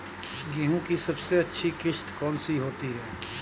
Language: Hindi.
गेहूँ की सबसे अच्छी किश्त कौन सी होती है?